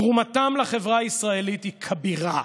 תרומתם לחברה הישראלית היא כבירה,